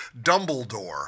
Dumbledore